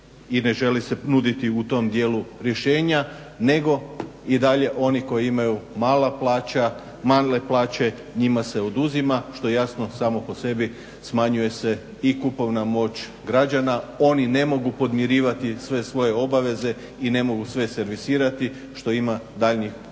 i ne želi se nuditi u tom dijelu rješenja nego i dalje onih koji imaju male plaće njima se oduzima. Što jasno samo po sebi smanjuje se i kupovna moć građana, oni ne mogu podmirivati sve svoje obaveze i ne mogu sve servisirati što ima daljnje posljedice